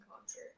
concert